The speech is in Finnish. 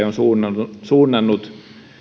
on suunnannut suunnannut